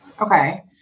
Okay